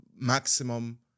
maximum